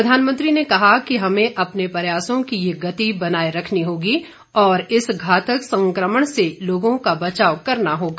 प्रधानमंत्री ने कहा कि हमें अपने प्रयासों की यह ं गति बनाये रखनी होगी और इस घातक संक्रमण से लोगों का बचाव करना होगा